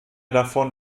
davon